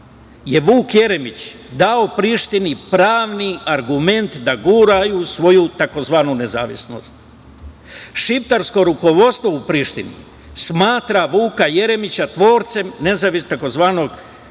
je Vuk Jeremić dao Prištini pravni argument da guraju svoju tzv. nezavisnost. Šiptarsko rukovodstvo u Prištini smatra Vuka Jeremića tvorcem najvažnijeg